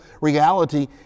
reality